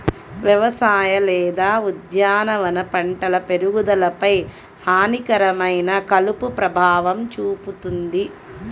వ్యవసాయ లేదా ఉద్యానవన పంటల పెరుగుదలపై హానికరమైన కలుపు ప్రభావం చూపుతుంది